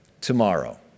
tomorrow